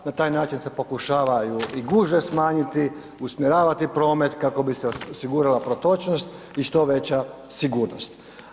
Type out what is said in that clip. Na taj način se pokušavaju i gužve smanjiti, usmjeravati promet kako bi se osigurala protočnost i što veća sigurnost.